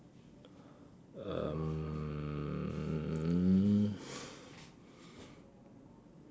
um